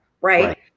Right